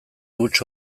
huts